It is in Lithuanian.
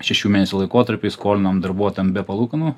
šešių mėnesių laikotarpiui skolinam darbuotojam be palūkanų